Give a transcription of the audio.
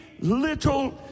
little